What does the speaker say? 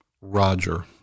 Roger